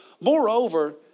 Moreover